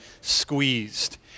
squeezed